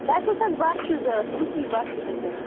تۄہہِ کُس حظ بس چھُو ضروٗرت کُس ہِش بس چھُو تۄہہِ ضروٗرت